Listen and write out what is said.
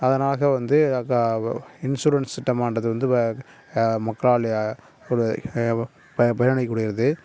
அதனாக வந்து அதா வ இன்ஷூரன்ஸ் திட்டமானது வந்து வ மக்களால் ஏ ஒரு ப பலனளிக்கக்கூடியது